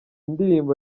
ndirimbo